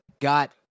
got